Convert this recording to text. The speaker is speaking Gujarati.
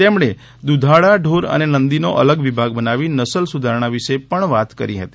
તેમણે દુધાળા ઢોર અને નંદીનો અલગ વિભાગ બનાવી નસલ સુધારણા વિશે પણ વાત કરી હતી